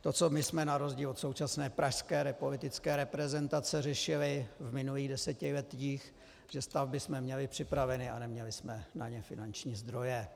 To, co my jsme na rozdíl od současné pražské politické reprezentace řešili v minulých desetiletích, že stavby jsme měli připraveny a neměli jsme na ně finanční zdroje.